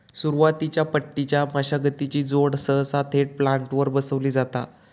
सुरुवातीच्या पट्टीच्या मशागतीची जोड सहसा थेट प्लांटरवर बसवली जाता